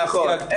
נכון.